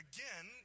Again